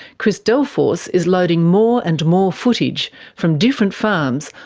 chris delforce is loading more and more footage, from different farms,